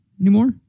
anymore